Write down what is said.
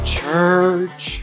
church